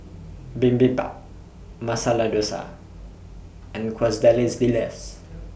Bibimbap Masala Dosa and Quesadillas